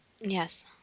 Yes